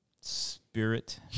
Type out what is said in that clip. spirit